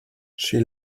she